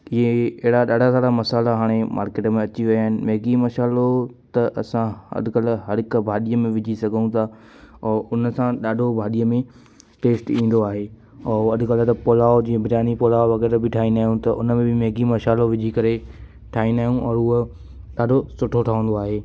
ईअं ई अहिड़ा ॾाढा सारा मसाला हाणे मार्केट में अची विया आहिनि मैगी मशालो त असां अॼुकल्ह हर हिकु भाॼीअ में विझी सघूं था ऐं उन सां ॾाढो भाॼीअ में टेस्ट ईंदो आहे औरि अॼुकल्ह त पुलाउ जीअं बिरयानी पुलाउ वग़ैरह बि ठाहींदा आहियूं त उन में मैगी मशालो विझी करे ठाहींदा आहियूं औरि उहा ॾाढो सुठो ठहंदो आहे